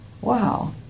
wow